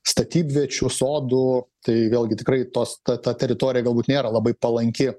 statybviečių sodų tai vėlgi tikrai tos ta ta teritorija galbūt nėra labai palanki